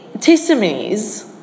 testimonies